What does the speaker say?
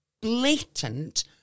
blatant